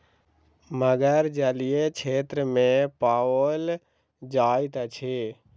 मगर जलीय क्षेत्र में पाओल जाइत अछि